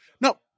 No